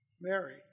Mary